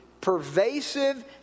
pervasive